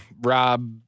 Rob